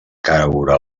caure